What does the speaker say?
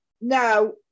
now